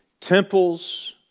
temples